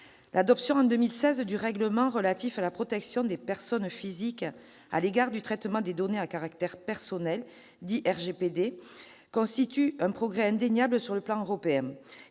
L'adoption en 2016 du règlement relatif à la protection des personnes physiques à l'égard du traitement des données à caractère personnel, le RGPD, constitue un progrès indéniable sur le plan européen.